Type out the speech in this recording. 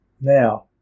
Now